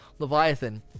Leviathan